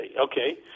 Okay